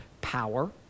power